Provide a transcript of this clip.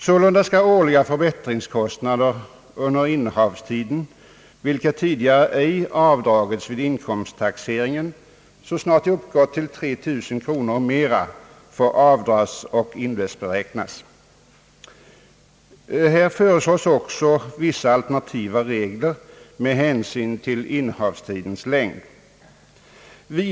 Sålunda skall årliga förbättringskostnader under innehavstiden, vilka tidigare ej kunnat avdras vid inkomsttaxeringen, så snart de uppgår till 3 000 kronor eller mera få avdras och indexberäknas. Vidare föreslås också vissa alternativa regler med hänsyn till innehavstidens längd.